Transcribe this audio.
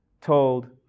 told